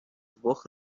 двох